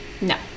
No